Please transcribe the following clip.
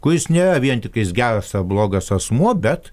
kuris nėra vien tiktais geras ar blogas asmuo bet